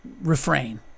refrain